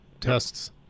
tests